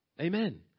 Amen